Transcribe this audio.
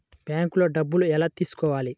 బ్యాంక్లో డబ్బులు ఎలా తీసుకోవాలి?